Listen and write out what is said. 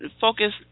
focus